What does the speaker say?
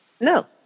No